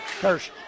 Kirsch